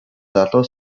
залуу